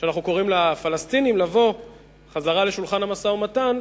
שאנחנו קוראים לפלסטינים לחזור אל שולחן המשא-ומתן